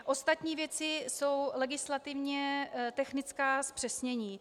Ostatní věci jsou legislativně technická zpřesnění.